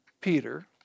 Peter